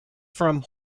from